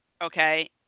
Okay